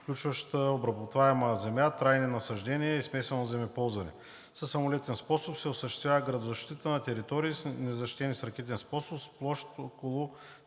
включваща обработваема земя, трайни насаждения и смесено земеползване. Със самолетен способ се осъществява градозащита на територии, незащитени с ракетен способ с площ около